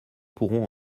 pourront